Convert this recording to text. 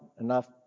enough